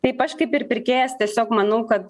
taip aš kaip ir pirkėjas tiesiog manau kad